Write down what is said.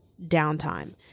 downtime